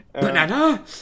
Banana